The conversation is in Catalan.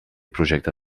projecte